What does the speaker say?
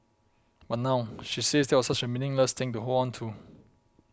but now she says that was such a meaningless thing to hold on to